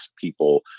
people